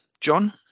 john